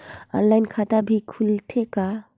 Online खाता भी खुलथे का?